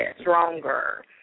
stronger